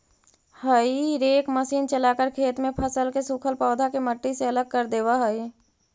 हेई rake machine चलाकर खेत में फसल के सूखल पौधा के मट्टी से अलग कर देवऽ हई